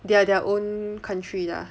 they are their own country 的 ah